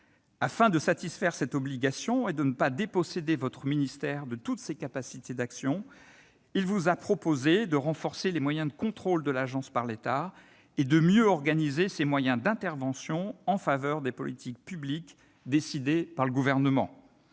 Afin de satisfaire cette obligation et de ne pas déposséder votre ministère de toutes ses capacités d'action, il vous a proposé de renforcer les moyens de contrôle de l'Agence par l'État et de mieux organiser ses moyens d'intervention en faveur des politiques publiques décidées par le Gouvernement.